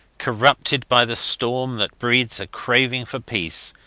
corrupted by the storm that breeds a craving for peace,